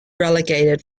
relegated